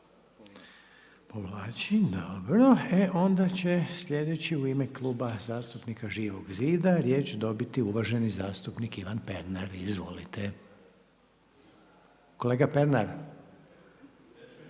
Povlači? Dobro. E onda će sljedeći u ime Kluba zastupnika Živog zida riječ dobiti uvaženi zastupnik Ivan Pernar. Izvolite, govornica